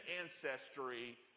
ancestry